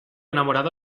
enamorado